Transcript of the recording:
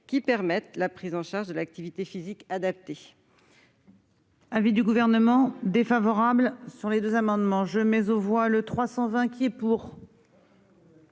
permettant la prise en charge de l'activité physique adaptée.